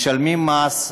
משלמים מס,